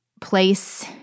place